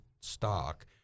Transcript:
stock